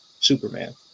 Superman